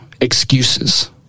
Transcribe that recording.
excuses